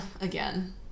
again